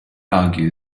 argue